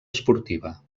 esportiva